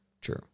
true